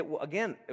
Again